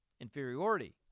Inferiority